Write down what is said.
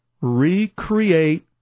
recreate